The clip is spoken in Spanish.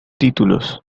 títulos